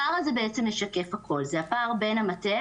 הפער הזה בעצם משקף הכול, זה הפער בין המטה